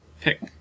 pick